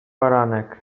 baranek